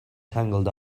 tangled